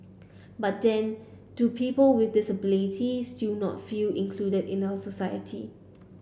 but then do people with disabilities still not feel included in our society